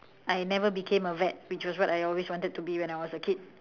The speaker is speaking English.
I never became a vet which was what I always wanted to be when I was a kid